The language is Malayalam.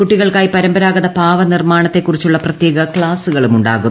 കുട്ടികൾക്കായി പരമ്പരാഗത പാവനിർമ്മാണത്തെക്കുറിച്ചുള്ള പ്രത്യേക ക്ലാസുകളും ഉണ്ടാകും